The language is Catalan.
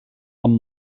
amb